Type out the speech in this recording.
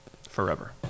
forever